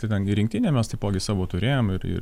kadangi rinktinę mes taipogi savo turėjom ir ir